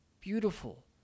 beautiful